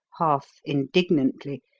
half indignantly,